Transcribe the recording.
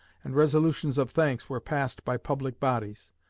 and resolutions of thanks were passed by public bodies.